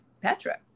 Petra